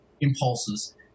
impulses